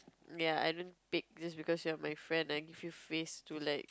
ya I don't pick this because you are my friend I give you face to like